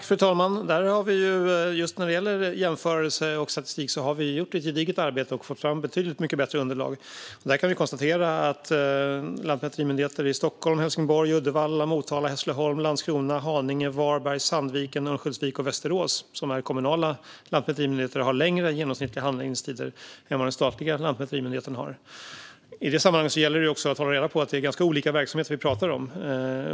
Fru talman! När det gäller jämförelser och statistik har vi gjort ett gediget arbete och fått fram betydligt bättre underlag. Vi kan konstatera att kommunala lantmäterimyndigheter i Stockholm, Helsingborg, Uddevalla, Motala, Hässleholm, Landskrona, Haninge, Varberg, Sandviken, Örnsköldsvik och Västerås har längre genomsnittliga handläggningstider än vad den statliga lantmäterimyndigheten har. I det sammanhanget gäller det också att hålla reda på att det är ganska olika verksamheter vi pratar om.